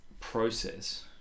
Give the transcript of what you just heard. process